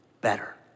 better